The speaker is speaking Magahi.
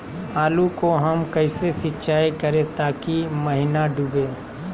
आलू को हम कैसे सिंचाई करे ताकी महिना डूबे?